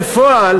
בפועל,